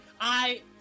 I-